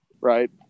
right